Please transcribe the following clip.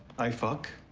i fuck,